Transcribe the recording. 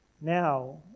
Now